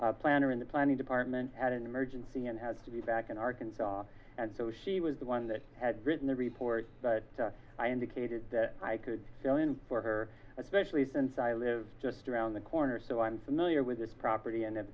tion planner in the planning department had an emergency and has to be back in arkansas and so she was the one that had written the report but i indicated that i could fill in for her especially since i live just around the corner so i'm familiar with this property and